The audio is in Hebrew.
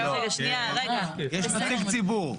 יש נציג ציבור.